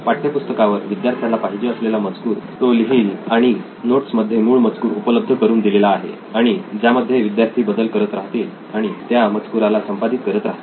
पाठ्यपुस्तकावर विद्यार्थ्याला पाहिजे असलेला मजकूर तो लिहिल आणि नोट्समध्ये मूळ मजकूर उपलब्ध करून दिलेला आहे आणि ज्यामध्ये विद्यार्थी बदल करत राहतील आणि त्या मजकुराला संपादित करत राहतील